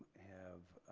have